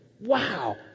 Wow